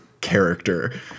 character